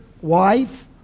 wife